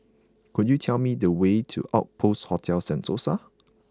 could you tell me the way to Outpost Hotel Sentosa